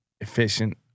Efficient